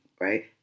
right